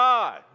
God